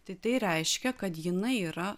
tai tai reiškia kad jinai yra